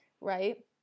Right